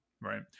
Right